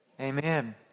Amen